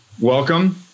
welcome